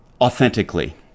authentically